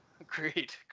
Agreed